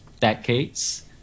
decades